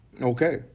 Okay